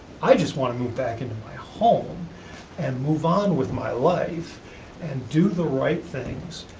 i just want to move back into my home and move on with my life and do the right things.